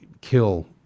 kill